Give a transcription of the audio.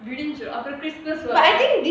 விடிஞ்சா அப்புறம்:vidinja appuram after christmas I think